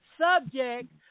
subject